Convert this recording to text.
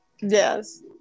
Yes